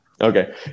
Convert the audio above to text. Okay